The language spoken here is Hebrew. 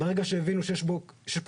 ברגע שהבינו שיש פה קטסטרופה,